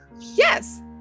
Yes